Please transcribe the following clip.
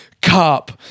cup